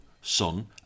son